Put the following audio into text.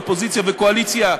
אופוזיציה וקואליציה,